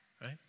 Right